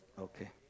Okay